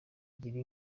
gira